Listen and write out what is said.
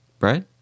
Right